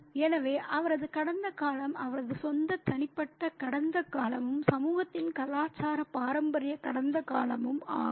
எனவே அவரது கடந்த காலம் அவரது சொந்த தனிப்பட்ட கடந்த காலமும் சமூகத்தின் கலாச்சார பாரம்பரிய கடந்த காலமும் ஆகும்